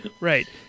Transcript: Right